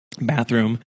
bathroom